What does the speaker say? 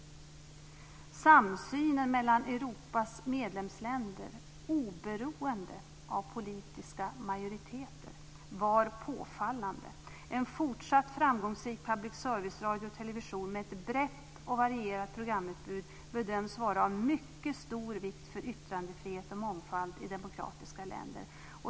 Samsynen mellan Europas medlemsländer oberoende av politiska majoriteter var påfallande. En fortsatt framgångsrik public service-radio och television med ett brett och varierat programutbud bedöms vara av mycket stor vikt för yttrandefrihet och mångfald i demokratiska länder.